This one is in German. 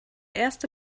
erste